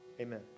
Amen